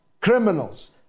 criminals